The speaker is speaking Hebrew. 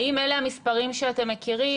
האם אלה המספרים שאתם מכירים?